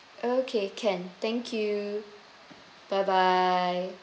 okay can thank you bye bye